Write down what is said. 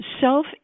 Self